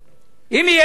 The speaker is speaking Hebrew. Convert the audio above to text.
אם יהיה מהלך